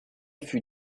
fut